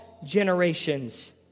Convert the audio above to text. Generations